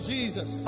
Jesus